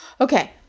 Okay